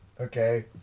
Okay